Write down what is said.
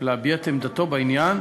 ולהביע את עמדתו בעניין.